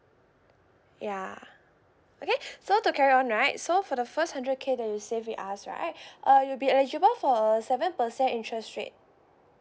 ya okay so to carry on right so for the first hundred K that you save with us right uh you'll be eligible for a seven percent interest rate